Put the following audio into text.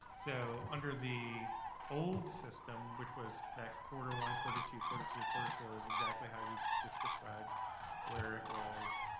so under the old system, which was that quarter one, quarter two, quarter three, quarter four, it was exactly how you just described where it was,